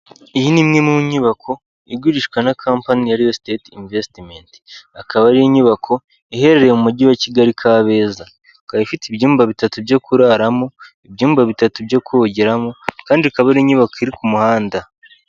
Iyi ni imwe mu nyubako, igurishwa na kampani ya Real State Investment. Akaba ari inyubako iherereye mu mujyi wa Kigali Kabeza. Ikaba ifite ibyumba bitatu byo kuraramo, ibyumba bitatu byo kogeramo, kandi ikaba ari inyubako iri ku muhanda.